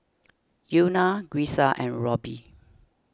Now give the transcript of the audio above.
Una Grisel and Roby